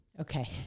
okay